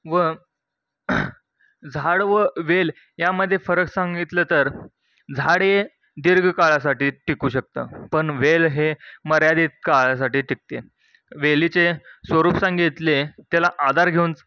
व झाड वेल यामध्ये फरक सांगितलं तर झाड हे दीर्घकाळासाठी टिकू शकतं पण वेल हे मर्यादित काळासाठी टिकते वेलीचे स्वरूप सांगितले त्याला आधार घेऊनच